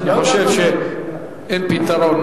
אני חושב שאין פתרון,